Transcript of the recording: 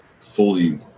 fully